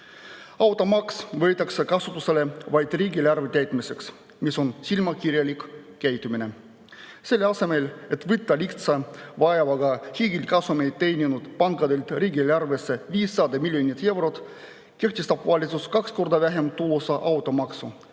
võetakse kasutusele vaid riigieelarve täitmiseks. See on silmakirjalik käitumine. Selle asemel, et võtta lihtsa vaevaga hiigelkasumeid teeninud pankadelt riigieelarvesse 500 miljonit eurot, kehtestab valitsus kaks korda vähem tulusa automaksu,